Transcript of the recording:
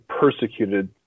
persecuted